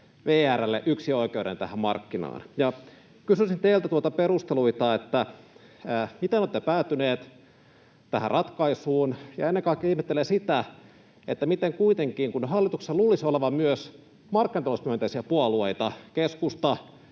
yksinoikeuden tähän markkinaan. Kysyisin teiltä perusteluita: miten olette päätyneet tähän ratkaisuun? Ennen kaikkea ihmettelen sitä, miten kuitenkin, kun hallituksessa luulisi olevan myös markkinatalousmyönteisiä puolueita — keskusta